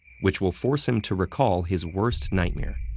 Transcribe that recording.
which will force him to recall his worst nightmare.